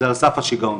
זה על סף השיגעון.